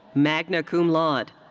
magna cum laude.